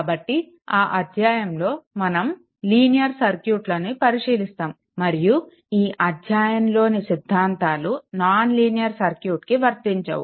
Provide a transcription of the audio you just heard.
కాబట్టి ఆ అధ్యాయంలో మనం లీనియర్ సర్క్యూట్లను పరిశీలిస్తాము మరియు ఈ అధ్యాయంలోని సిద్ధాంతాలు నాన్ లీనియర్ సర్క్యూట్కి వర్తించవు